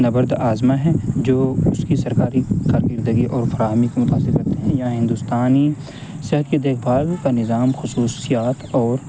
نبرد آزما ہیں جو اس کی سرکاری کارکردگی اور فراہمی کو متاثر کرتے ہیں یہاں ہندوستانی صحت کی دیکھ بھال کا نظام خصوصیات اور